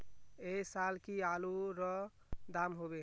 ऐ साल की आलूर र दाम होबे?